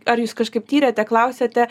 ar jūs kažkaip tyrėte klausėte